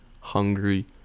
hungry